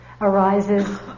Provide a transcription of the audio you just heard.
arises